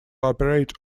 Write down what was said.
operate